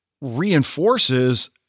reinforces